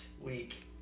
week